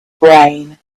brain